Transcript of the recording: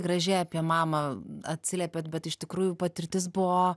gražiai apie mamą atsiliepėt bet iš tikrųjų patirtis buvo